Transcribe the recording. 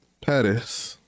Pettis